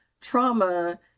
trauma